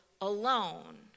alone